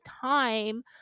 time